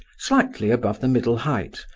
slightly above the middle height,